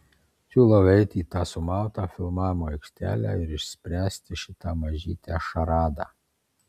siūlau eiti į tą sumautą filmavimo aikštelę ir išspręsti šitą mažytę šaradą